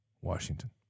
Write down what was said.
Washington